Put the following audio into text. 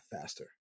faster